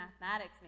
mathematics